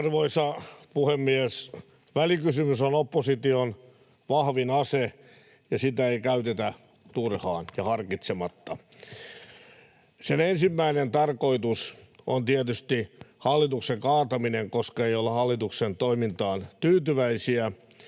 Arvoisa puhemies! Välikysymys on opposition vahvin ase, ja sitä ei käytetä turhaan ja harkitsematta. Sen ensimmäinen tarkoitus on tietysti hallituksen kaataminen, koska ei olla hallituksen toimintaan tyytyväisiä.